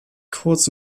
kurz